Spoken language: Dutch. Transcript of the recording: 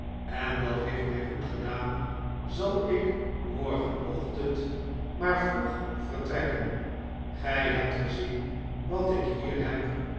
en dat heeft mij goedgedaan zal ik morgenochtend maar vroeg vertrekken gij hebt gezien wat ik hier heb